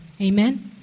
Amen